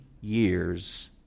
years